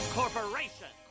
corporation